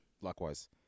Likewise